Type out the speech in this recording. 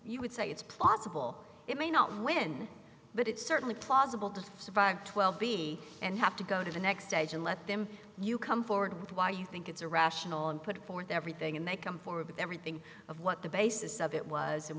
you would say it's possible it may not win but it's certainly plausible to survive twelve b and have to go to the next stage and let them you come forward with why you think it's irrational and put it forth everything and they come forward with everything of what the basis of it was